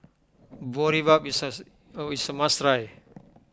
Boribap is a way you must try